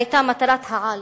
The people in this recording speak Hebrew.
היתה מטרת-העל